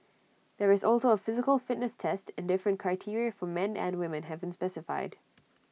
there is also A physical fitness test and different criteria for men and women have been specified